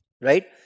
right